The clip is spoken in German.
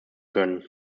können